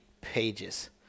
pages